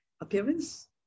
appearance